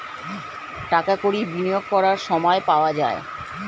টাকা কড়ি বিনিয়োগ করার সময় পাওয়া যায়